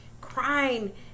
crying